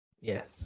Yes